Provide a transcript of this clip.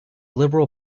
liberal